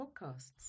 podcasts